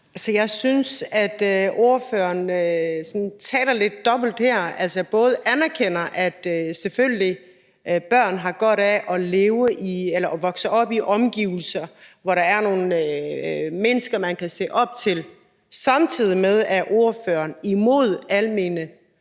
Jeg synes, at ordføreren taler sådan lidt dobbelt her. Altså, ordføreren anerkender både, at børn selvfølgelig har godt af at vokse op i omgivelser, hvor der er nogle mennesker, de kan se op til, samtidig med at ordføreren er imod almene